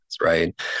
right